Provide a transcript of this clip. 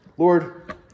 Lord